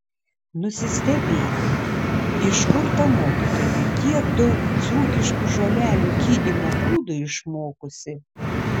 nusistebėjau iš kur ta mokytoja tiek daug dzūkiškų žolelių gydymo būdų išmokusi